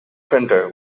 printer